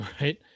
Right